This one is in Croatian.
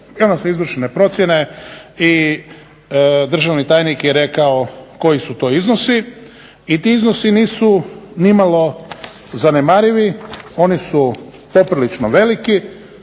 I onda su izvršene procjene i državni tajnik je rekao koji su to iznosi i ti iznosi nisu nimalo zanemarivi, oni su poprilično veliki.